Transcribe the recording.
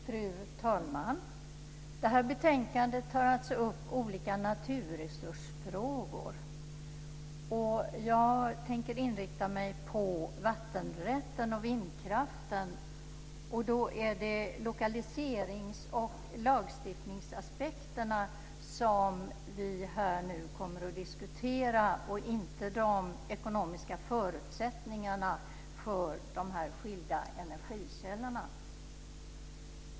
Fru talman! Det här betänkandet tar alltså upp olika naturresursfrågor. Jag tänker inrikta mig på vattenrätten och vindkraften. Då är det lokaliserings och lagstiftningsaspekterna som vi kommer att diskutera och inte de ekonomiska förutsättningarna för de skilda energikällorna.